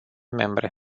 membre